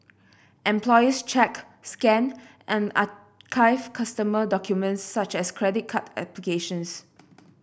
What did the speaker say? employees check scan and archive customer documents such as credit card applications